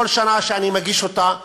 כל שנה אני מגיש אותה,